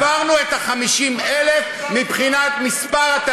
ועברנו את ה-50,000 מבחינת מספר התלמידים,